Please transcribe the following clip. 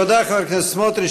תודה, חבר הכנסת סמוטריץ.